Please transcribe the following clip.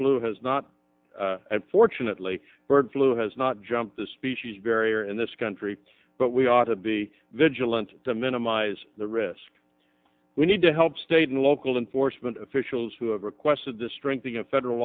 flu has not and fortunately bird flu has not jumped the species barrier in this country but we ought to be vigilant to minimize the risk we need to help state and local enforcement officials who have requested the strengthening of federal